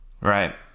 Right